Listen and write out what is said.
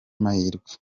mahirwe